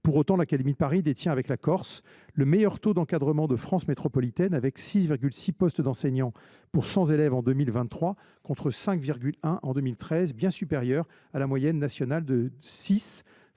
Pour autant, l’académie de Paris détient, avec la Corse, le meilleur taux d’encadrement de France métropolitaine, avec 6,6 postes d’enseignants pour 100 élèves en 2023, contre 5,1 en 2013. Très supérieur à la moyenne nationale de 6,